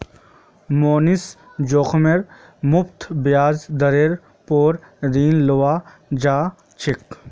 मोहनीश जोखिम मुक्त ब्याज दरेर पोर ऋण लुआ चाह्चे